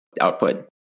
output